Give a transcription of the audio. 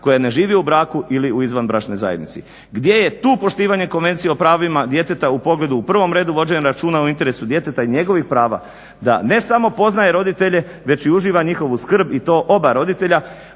koja ne živi u braku ili u izvanbračnoj zajednici. Gdje je tu poštivanje Konvencije o pravima djeteta u pogledu u prvom redu vođenja računa o interesu djeteta i njegovih prava da ne samo poznaje roditelje već i uživa njihovu skrb i to oba roditelja,